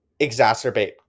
exacerbate